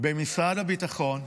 במשרד הביטחון,